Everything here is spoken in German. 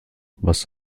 was